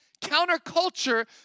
Counterculture